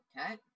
Okay